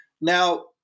Now